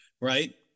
right